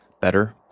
better